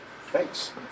Thanks